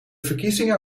verkiezingen